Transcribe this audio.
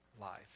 life